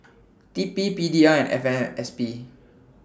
T P P D L F M S P